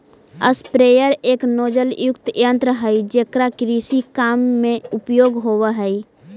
sprayer एक नोजलयुक्त यन्त्र हई जेकरा कृषि काम में उपयोग होवऽ हई